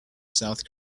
south